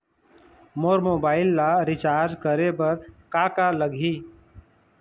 मोर mobile ला recharge करे बर का का लगही?